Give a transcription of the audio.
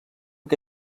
que